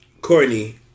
Courtney